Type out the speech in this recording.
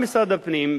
בא משרד הפנים,